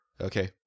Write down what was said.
Okay